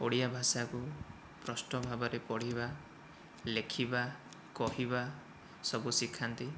ଓଡ଼ିଆ ଭାଷାକୁ ସ୍ପଷ୍ଟ ଭାବରେ ପଢ଼ିବା ଲେଖିବା କହିବା ସବୁ ଶିଖାନ୍ତି